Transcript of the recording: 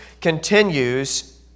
continues